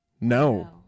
No